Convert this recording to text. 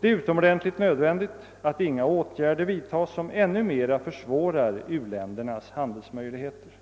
Det är utomordentligt nödvändigt att inga åtgärder vidtas som ännu mer försvårar u-ländernas handelsmöjligheter.